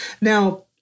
Now